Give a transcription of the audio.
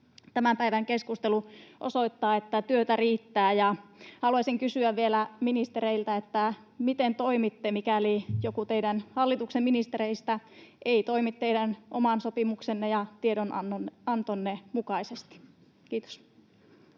Tämän päivän keskustelu osoittaa, että työtä riittää. Ja haluaisin kysyä vielä ministereiltä: miten toimitte, mikäli joku teidän hallituksenne ministereistä ei toimi teidän oman sopimuksenne ja tiedonantonne mukaisesti? — Kiitos.